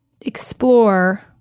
explore